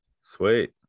sweet